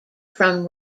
from